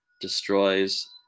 destroys